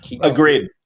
Agreed